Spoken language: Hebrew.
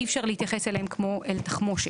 אי אפשר להתייחס אליהם כמו אל תחמושת.